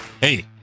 hey